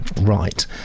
Right